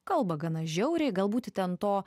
kalba gana žiauriai galbūt ten to